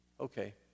Okay